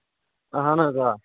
اَہن حظ آ